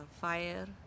fire